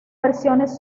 versiones